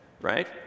Right